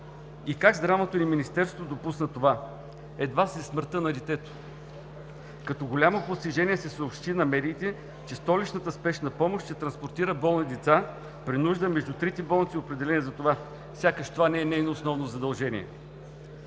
и как Здравното ни министерство допусна това – едва след смъртта на детето? Като голямо постижение се съобщи на медиите, че столичната „Спешна помощ“ ще транспортира болни деца при нужда между трите болници, определени за това. Сякаш това не е нейно основно задължение?